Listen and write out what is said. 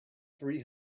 three